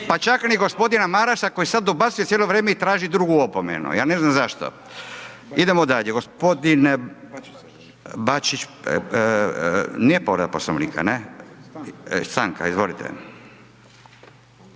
… gospodina Marasa koji sad dobacuje cijelo vrijeme i traži drugu opomenu a ja ne znam zašto. Idemo dalje, gospodine Bačić, nije povreda Poslovnika, ne? .../Upadica se